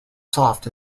soft